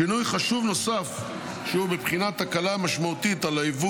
שינוי חשוב נוסף שהוא בבחינת הקלה משמעותית על היבוא